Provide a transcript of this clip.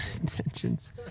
intentions